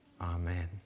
Amen